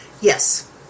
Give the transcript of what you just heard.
Yes